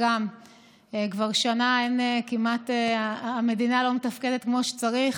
כבר שנה המדינה לא מתפקדת כמו שצריך,